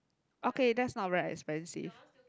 okay that's not very expensive